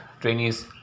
trainees